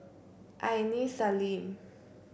Aini Salim